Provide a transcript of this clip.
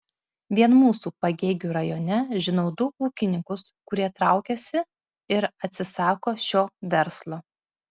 vien mūsų pagėgių rajone žinau du ūkininkus kurie traukiasi ir atsisako šio verslo